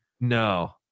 No